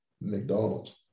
McDonald's